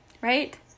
right